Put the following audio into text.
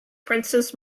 princess